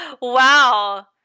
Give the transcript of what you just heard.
Wow